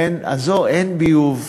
אין ביוב.